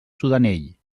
sudanell